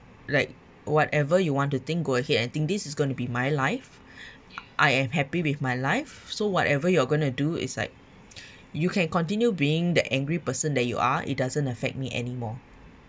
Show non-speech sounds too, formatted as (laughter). like whatever you want to think go ahead and think this is going to be my life (breath) I am happy with my life so whatever you're going to do is like you can continue being the angry person that you are it doesn't affect me anymore